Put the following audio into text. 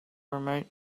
remote